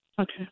Okay